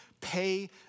pay